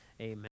amen